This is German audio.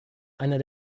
einer